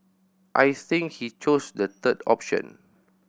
I think he chose the third option